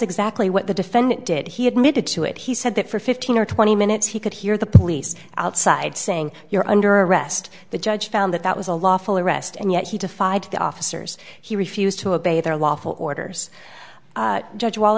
exactly what the defendant did he admitted to it he said that for fifteen or twenty minutes he could hear the police outside saying you're under arrest the judge found that that was a lawful arrest and yet he defied the officers he refused to obey their lawful orders judge w